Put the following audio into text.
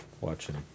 watching